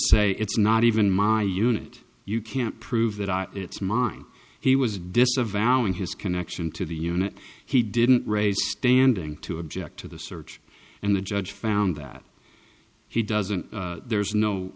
say it's not even my unit you can't prove that it's mine he was disavowing his connection to the unit he didn't raise standing to object to the search and the judge found that he doesn't there's no